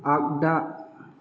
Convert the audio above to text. आगदा